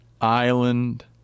Island